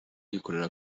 yikorera